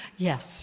Yes